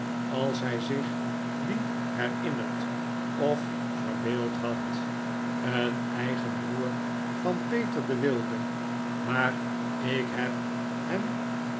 als hy zich die herinnerd of verbeeld had een eigen broer van peter den wilde maar ik heb hem